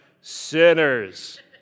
sinners